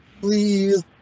please